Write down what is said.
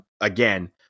again